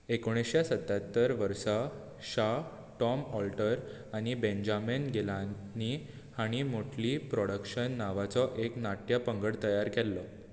एकुणशे सत्यात्तर वर्सा शाह टॉम ऑल्टर आनी बेंजामिन गिलानी हांणी मोटली प्रोडक्शन्स नांवाचो एक नाट्य पंगड तयार केल्लो